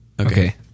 Okay